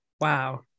Wow